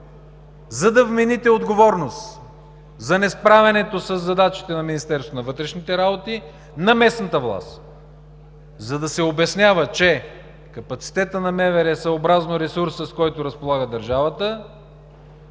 за да вмените отговорност за несправянето със задачите на Министерството на вътрешните работи на местната власт, за да се обяснява, че капацитетът на МВР, съобразно ресурса, с който разполага държавата,